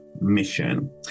mission